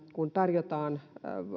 kun oppilaille tarjotaan